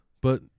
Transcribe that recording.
But-